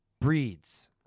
breeds